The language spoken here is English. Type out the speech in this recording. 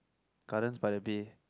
Gardens by the bay